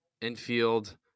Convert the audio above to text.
infield